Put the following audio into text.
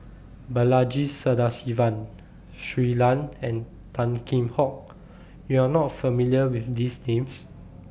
Balaji Sadasivan Shui Lan and Tan Kheam Hock YOU Are not familiar with These Names